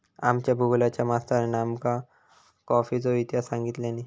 आमच्या भुगोलच्या मास्तरानी आमका कॉफीचो इतिहास सांगितल्यानी